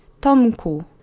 tomku